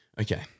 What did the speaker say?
Okay